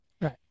Right